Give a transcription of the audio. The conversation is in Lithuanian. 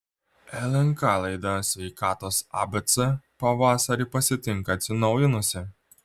lnk laida sveikatos abc pavasarį pasitinka atsinaujinusi